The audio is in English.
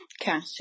cash